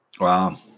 Wow